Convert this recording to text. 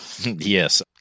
Yes